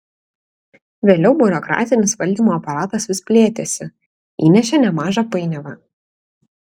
vėliau biurokratinis valdymo aparatas vis plėtėsi įnešė nemažą painiavą